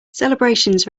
celebrations